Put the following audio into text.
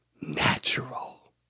natural